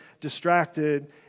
distracted